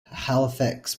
halifax